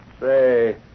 Say